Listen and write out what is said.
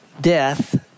Death